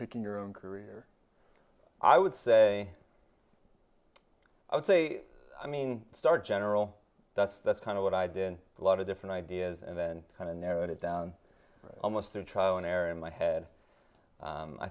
picking your own career i would say i would say i mean star general that's that's kind of what i did in a lot of different ideas and then kind of narrowed it down almost through trial and error in my head